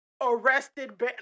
arrested